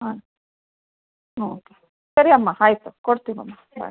ಹಾಂ ಓಕೆ ಸರಿ ಅಮ್ಮ ಆಯ್ತು ಕೊಡ್ತೀವಮ್ಮ ಬಾಯ್